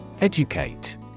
Educate